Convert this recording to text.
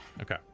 Okay